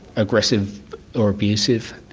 aggressive or abusive,